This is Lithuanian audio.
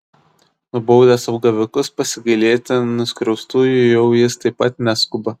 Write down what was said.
nubaudęs apgavikus pasigailėti nuskriaustųjų jau jis taip pat neskuba